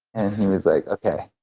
and he was like, okay.